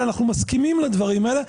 אנחנו מסכימים לדברים האלה,